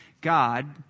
God